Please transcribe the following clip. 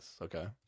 Okay